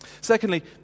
Secondly